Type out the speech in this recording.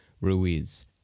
Ruiz